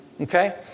Okay